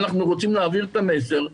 אנחנו רוצים להעביר את המסר,